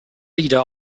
leader